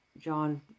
john